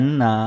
na